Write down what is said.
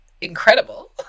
incredible